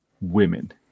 women